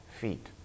feet